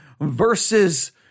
versus